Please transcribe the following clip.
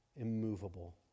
immovable